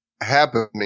happening